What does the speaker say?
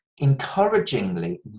encouragingly